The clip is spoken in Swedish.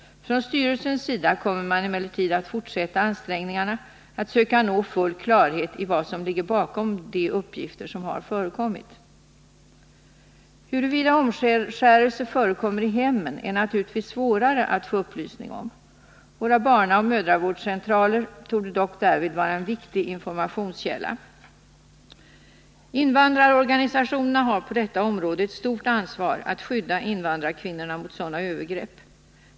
Från styrelsens sida kommer man emellertid att fortsätta ansträngningarna att söka nå full klarhet i vad som ligger bakom de uppgifter som har förekommit. Huruvida omskärelse förekommer i hemmen är naturligtvis svårare att få upplysning om. Våra barnaoch mödravårdscentraler torde dock därvid vara en viktig informationskälla. Invandrarorganisationerna har på detta område ett stort ansvar för att skydda invandrarkvinnorna mot sådana övergrepp.